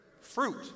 fruit